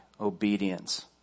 obedience